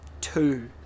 two